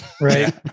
right